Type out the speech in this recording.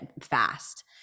fast